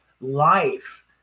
life